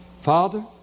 Father